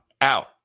Out